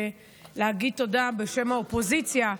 ולהגיד תודה בשם האופוזיציה,